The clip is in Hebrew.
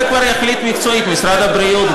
זה כבר יחליט מקצועית משרד הבריאות,